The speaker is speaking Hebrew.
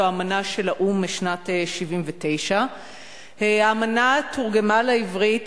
זו אמנה של האו"ם משנת 1979. האמנה תורגמה לעברית